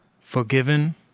forgiven